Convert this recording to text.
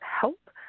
help